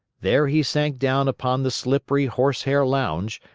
there he sank down upon the slippery horsehair lounge,